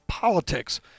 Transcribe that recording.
Politics